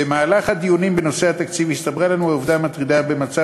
במהלך הדיונים בנושא התקציב הסתברה לנו עובדה מטרידה: במצב